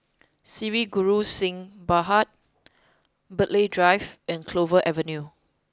Sri Guru Singh Sabha Burghley Drive and Clover Avenue